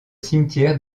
cimetière